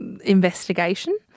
investigation